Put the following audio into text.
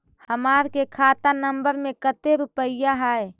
हमार के खाता नंबर में कते रूपैया है?